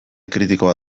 kritikoa